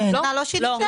השנה לא שיניתם?